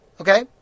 okay